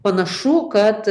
panašu kad